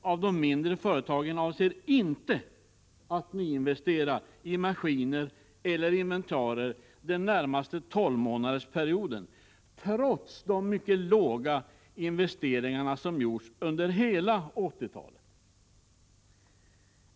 av de mindre företagen avser inte att nyinvestera i maskiner eller inventarier den närmaste 12-månadersperioden trots de mycket låga investeringar som gjorts under hela 1980-talet.